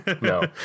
No